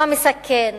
מה מסכן